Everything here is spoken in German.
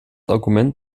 argument